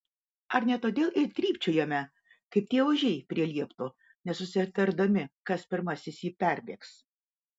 ar ne todėl ir trypčiojame kaip tie ožiai prie liepto nesusitardami kas pirmasis jį perbėgs